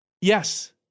yes